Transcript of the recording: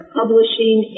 publishing